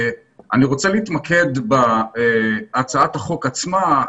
אני רוצה להתמקד בהצעת החוק עצמה.